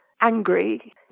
angry